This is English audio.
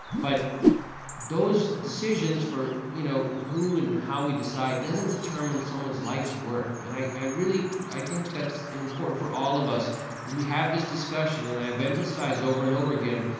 but those decisions for, you know, who and how we decide, doesn't determine someones life's worth. and i i really, i think that's important for all of us as we have this discussion and i have emphasized over and over again,